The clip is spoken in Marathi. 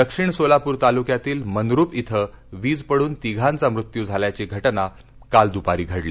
दक्षिण सोलापूर तालुक्यातील मंद्रूप शे वीज पडून तिघांचा मृत्यू झाल्याची घटना काल दुपारी घडली